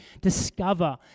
discover